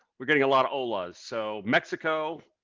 we're getting a lot of hola's so mexico